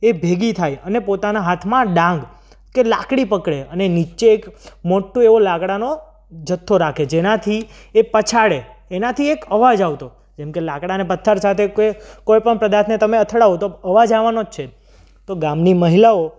એ ભેગી થાય અને પોતાના હાથમાં ડાંગ કે લાકડી પકડે અને નીચે એક મોટો એવો લાકડાનો જથ્થો રાખે જેનાથી એ પછાડે એનાથી એક અવાજ આવતો જેમ કે લાકડાને પથ્થર સાથે કોઈ પણ પદાર્થને તમે અથડાવો તો અવાજ આવવાનો જ છે તો ગામની મહિલાઓ